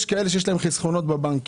יש כאלה שיש להם חסכונות בבנקים.